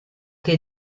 che